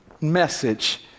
message